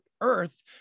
Earth